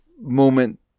moment